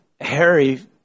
Harry